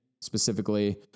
Specifically